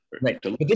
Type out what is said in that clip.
Right